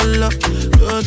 love